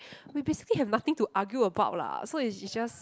we basically have nothing to argue about lah so it's it's just